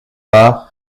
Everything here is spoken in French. pas